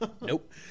Nope